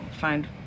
find